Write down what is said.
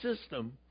system